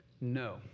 No